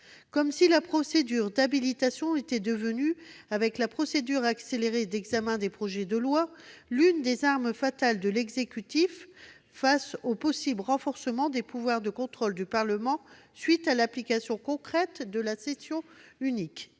Comme si la procédure d'habilitation était devenue, avec la procédure accélérée d'examen des projets de loi, l'une des armes fatales de l'exécutif face au possible renforcement des pouvoirs de contrôle du Parlement à la suite de l'application concrète de la session unique.